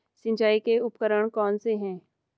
सिंचाई के उपकरण कौन कौन से हैं?